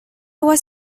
was